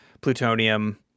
plutonium